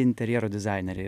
interjero dizainerė